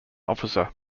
officer